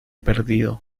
perdido